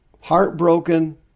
heartbroken